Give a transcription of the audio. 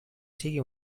sigui